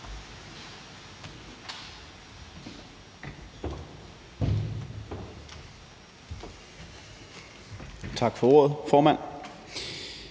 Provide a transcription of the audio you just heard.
Tak for ordet, formand.